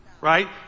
right